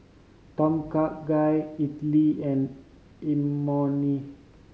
Tom Kha Gai Idili and Imoni